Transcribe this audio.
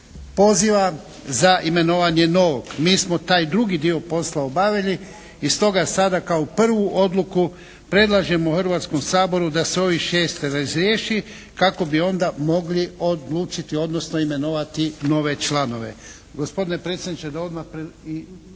poziva za imenovanje novog. Mi smo taj drugi dio posla obavili i stoga sada kao prvu odluku predlažemo Hrvatskom saboru da se ovih 6 razriješi kako bi onda mogli odlučiti odnosno imenovati nove članove. Gospodine predsjedniče da odmah i drugi